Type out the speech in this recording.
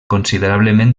considerablement